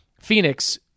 Phoenix